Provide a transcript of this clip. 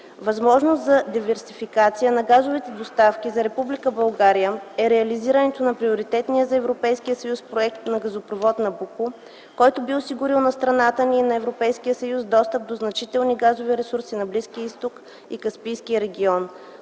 Възможност за диверсификация на газовите доставки за Република България е реализирането на приоритетния за Европейския съюз Проект на газопровод „Набуко”, който би осигурил на страната ни и на Европейския съюз достъп до значителните газови ресурси на Близкия Изток и Каспийския регион,